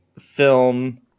film